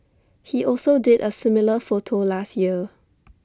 he also did A similar photo last year